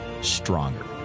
stronger